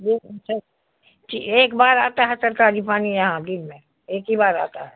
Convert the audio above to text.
دن میں ایک بار آتا ہے سرکاری پانی یہاں دن میں ایک ہی بار آتا ہے